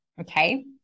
okay